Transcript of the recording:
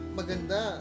maganda